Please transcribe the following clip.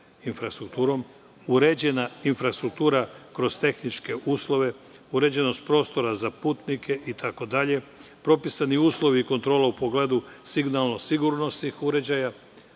infrastrukturom, uređena je infrastruktura kroz tehničke uslove, uređenost prostora za putnike itd, propisani uslovi kontrole u pogledu signalno sigurnosnih uređaja,